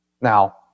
Now